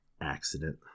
accident